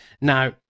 Now